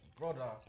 Brother